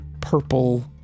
purple